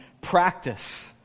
practice